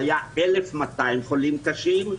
שהיו 1,200 חולים קשים,